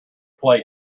plate